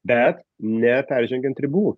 bet neperžengiant ribų